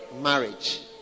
marriage